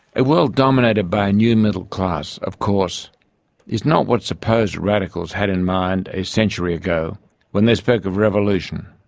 a world dominated by a new middle class of course is not what supposed radicals had in mind a century ago when they spoke of revolution.